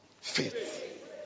Faith